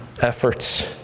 efforts